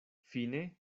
fine